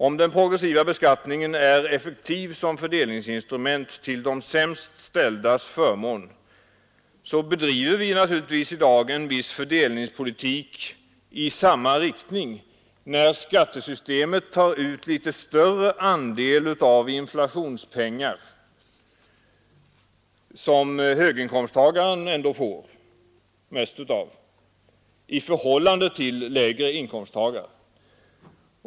Om den progressiva beskattningen är effektiv som fördelningsinstrument till de sämst ställdas förmån, bedriver vi naturligtvis i dag en viss fördelningspolitik i samma riktning när skattesystemet tar ut litet större andel av de inflationspengar som höginkomsttagaren ändå får mest av i förhållande till låginkomsttagare.